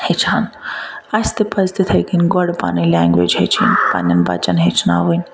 ہیٚچھان اسہِ تہِ پَزِ تَتھے کنۍ گۄڈٕ پَنن لینگویج ہیٚچھِنۍ پَننیٚن بَچَن ہیٚچھناوٕنۍ